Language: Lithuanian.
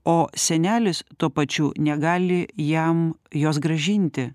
o senelis tuo pačiu negali jam jos grąžinti